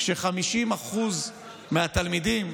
כש-50% מהתלמידים,